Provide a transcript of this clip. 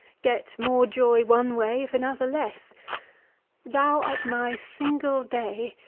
get more joy, one way, if another, less thou art my single day,